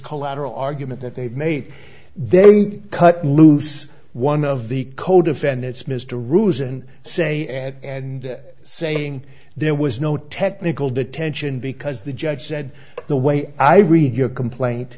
collateral argument that they've made they've cut loose one of the co defendants missed a ruse and say and saying there was no technical detention because the judge said the way i read your complaint